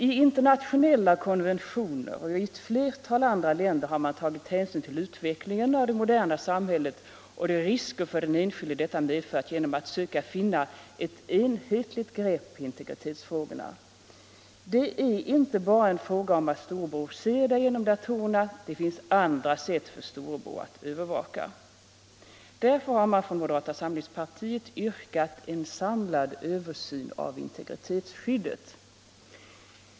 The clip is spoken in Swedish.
I internationella konventioner och i ett flertal andra länder har man tagit hänsyn till utvecklingen av det moderna samhället och de risker för den enskilde som detta medför genom att söka finna ett enhetligt grepp på integritetsfrågorna. Det är inte bara en fråga om att storebror ser dig genom datorerna. det finns andra sätt för storebror att övervaka. Därför har vi från moderata samlingspartiet vrkat på samlad översyn av integritetsskyddet.